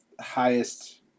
highest